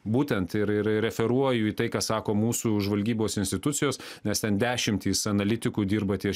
būtent ir ir referuoju į tai ką sako mūsų žvalgybos institucijos nes ten dešimtys analitikų dirba ties